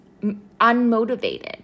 unmotivated